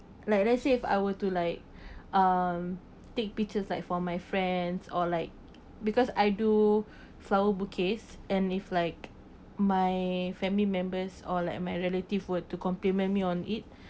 like let's say if I were to like um take pictures like for my friends or like because I do flower bouquets and if like my family members or like my relative were to compliment me on it